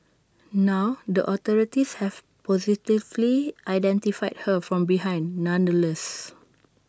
now the authorities have positively identified her from behind nonetheless